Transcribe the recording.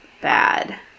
bad